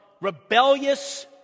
rebellious